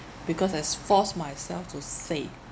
because I s~ force myself to save